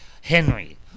Henry